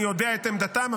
אני יודע את עמדתם,